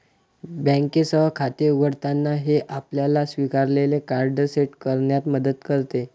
बँकेसह खाते उघडताना, हे आपल्याला स्वीकारलेले कार्ड सेट करण्यात मदत करते